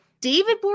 David